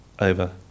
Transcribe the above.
over